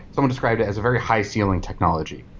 someone described it as a very high-ceiling technology,